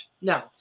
No